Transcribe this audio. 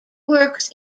works